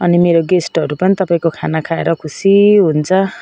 अनि मेरो गेस्टहरू पनि तपाईँको खाना खाएर खुसी हुन्छ